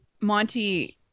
Monty